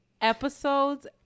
episodes